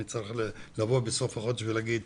מי צריך לבוא בסוף החודש ולהגיד,